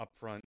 upfront